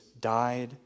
died